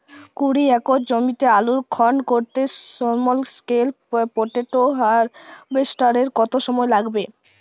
কুড়ি একর জমিতে আলুর খনন করতে স্মল স্কেল পটেটো হারভেস্টারের কত সময় লাগবে?